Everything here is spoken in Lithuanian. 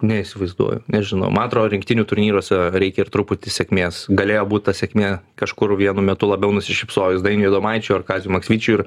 neįsivaizduoju nežinau man atrodo rinktinių turnyruose reikia ir truputį sėkmės galėjo būt ta sėkmė kažkur vienu metu labiau nusišypsojus dainiui adomaičiui ar kaziui maksvyčiui ir